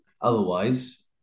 otherwise